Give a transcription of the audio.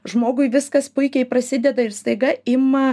žmogui viskas puikiai prasideda ir staiga ima